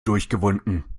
durchgewunken